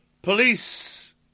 Police